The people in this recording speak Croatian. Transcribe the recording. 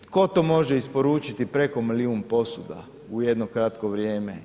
Tko to može isporučiti preko milijun posuda u jedno kratko vrijeme?